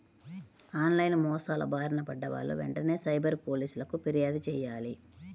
on line మోసాల బారిన పడ్డ వాళ్ళు వెంటనే సైబర్ పోలీసులకు పిర్యాదు చెయ్యాలి